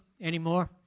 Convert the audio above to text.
anymore